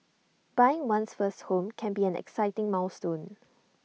buying one's first home can be an exciting milestone